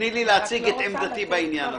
תני לי להציג את עמדתי בעניין הזה.